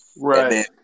Right